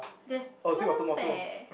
there's twelve leh